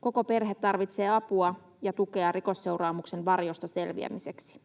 Koko perhe tarvitsee apua ja tukea rikosseuraamuksen varjosta selviämiseksi.